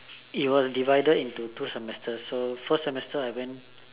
it was divided into two semester so first semester I went